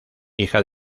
hija